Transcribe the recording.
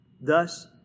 Thus